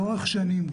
לאורך שנים,